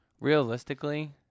Realistically